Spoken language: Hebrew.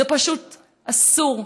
זה פשוט אסור,